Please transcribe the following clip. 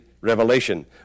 revelation